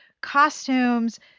costumes